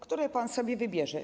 Które pan sobie wybierze?